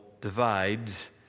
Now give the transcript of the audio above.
divides